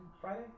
Friday